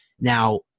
Now